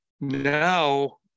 Now